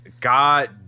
God